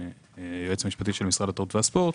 היועץ המשפטי של משרד התרבות והספורט.